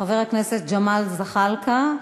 חבר הכנסת ג'מאל זחאלקה,